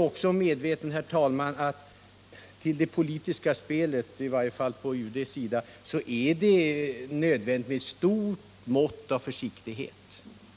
Jag är medveten om att i det politiska spelet är det nödvändigt med ett stort mått av försiktighet, i varje fall